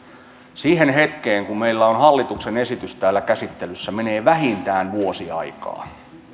siihen hetkeen kun meillä on hallituksen esitys täällä käsittelyssä menee vähintään vuosi aikaa